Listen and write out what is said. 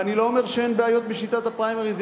ואני לא אומר שאין בעיות בשיטת הפריימריז,